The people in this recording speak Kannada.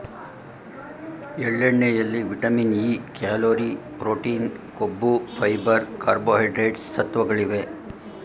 ಎಳ್ಳೆಣ್ಣೆಯಲ್ಲಿ ವಿಟಮಿನ್ ಇ, ಕ್ಯಾಲೋರಿ, ಪ್ರೊಟೀನ್, ಕೊಬ್ಬು, ಫೈಬರ್, ಕಾರ್ಬೋಹೈಡ್ರೇಟ್ಸ್ ಸತ್ವಗಳಿವೆ